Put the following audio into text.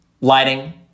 lighting